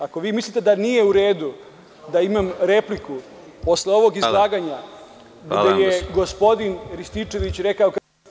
Ako vi mislite da nije u redu da imam repliku posle ovog izlaganja gde je gospodin Rističević rekao…